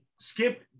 Skip